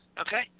okay